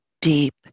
deep